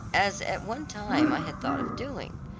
as at one time i had thought of doing.